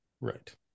right